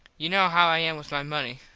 you know how i am with my money.